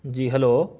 جی hello